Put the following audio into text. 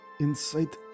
insight